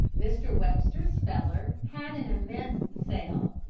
mr. webster's speller had an immense sale.